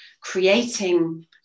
creating